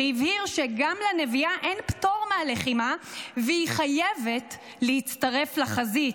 והבהיר שגם לנביאה אין פטור מהלחימה והיא חייבת להצטרף לחזית: